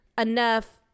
enough